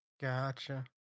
Gotcha